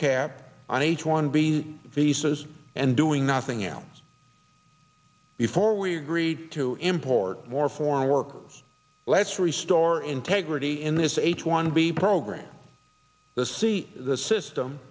cap on h one b visas and doing nothing else before we agreed to import more foreign workers let's restore integrity in this h one b program the c the system